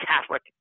Catholic